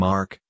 Mark